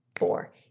Four